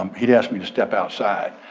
um he'd asked me to step outside.